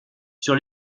sur